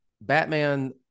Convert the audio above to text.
Batman